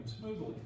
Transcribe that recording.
smoothly